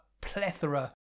plethora